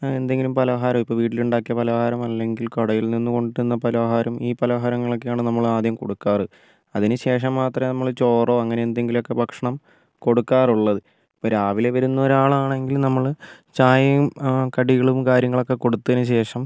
എന്തെങ്കിലും പലഹാരം ഇപ്പോൾ വീട്ടിൽ ഉണ്ടാക്കിയ പലഹാരം അല്ലെങ്കിൽ കടയിൽ നിന്ന് കൊണ്ട് വരുന്ന പലഹാരം ഈ പലഹാരങ്ങളൊക്കെയാണ് നമ്മൾ ആദ്യം കൊടുക്കാറ് അതിനുശേഷം മാത്രമേ നമ്മൾ ചോറോ അങ്ങനെ എന്തെങ്കിലും ഒക്കെ ഭക്ഷണം കൊടുക്കാറുള്ളത് ഇപ്പോൾ രാവിലെ വരുന്ന ഒരാളാണെങ്കിൽ നമ്മൾ ചായയും കടികളും കാര്യങ്ങളും ഒക്കെ കൊടുത്തതിന് ശേഷം